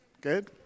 Good